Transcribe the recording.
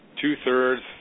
two-thirds